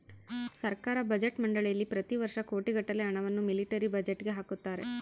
ಸರ್ಕಾರ ಬಜೆಟ್ ಮಂಡಳಿಯಲ್ಲಿ ಪ್ರತಿ ವರ್ಷ ಕೋಟಿಗಟ್ಟಲೆ ಹಣವನ್ನು ಮಿಲಿಟರಿ ಬಜೆಟ್ಗೆ ಹಾಕುತ್ತಾರೆ